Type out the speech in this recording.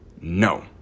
No